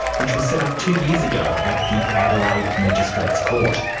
which was set up two years ago at the adelaide magistrates court.